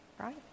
right